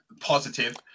positive